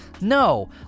no